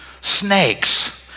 snakes